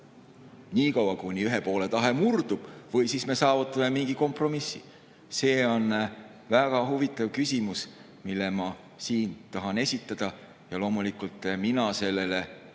nii kaua, kuni ühe poole tahe murdub, või me saavutame mingi kompromissi? See on väga huvitav küsimus, mille ma siin tahan esitada. Loomulikult mina sellele